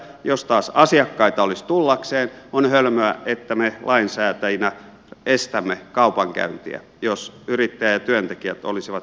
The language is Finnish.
jos taas asiakkaita olisi tullakseen on hölmöä että me lainsäätäjinä estämme kaupankäyntiä jos yrittäjä ja työntekijät olisivat siihen valmiit